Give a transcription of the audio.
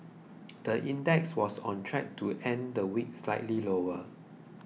the index was on track to end the week slightly lower